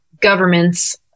governments